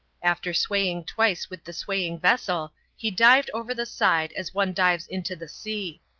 after swaying twice with the swaying vessel he dived over the side as one dives into the sea.